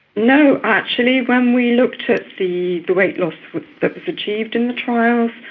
no actually, when we looked at the the weight loss that was achieved in the trial,